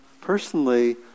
personally